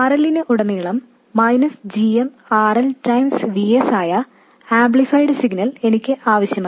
RL നു ഉടനീളം g m RL V s ആയ ആംപ്ലിഫൈഡ് സിഗ്നൽ എനിക്ക് ആവശ്യമാണ്